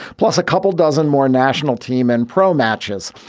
plus a couple dozen more national team and pro matches.